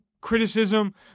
criticism